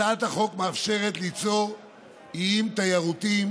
הצעת החוק מאפשרת ליצור איים תיירותיים